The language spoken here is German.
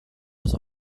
das